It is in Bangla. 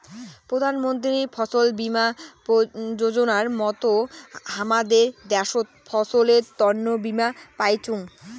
প্রধান মন্ত্রী ফছল বীমা যোজনার মত হামাদের দ্যাশোত ফসলের তন্ন বীমা পাইচুঙ